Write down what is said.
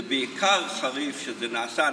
זה בעיקר חריף כשזה נעשה,